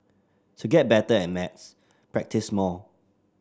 to get better at maths practise more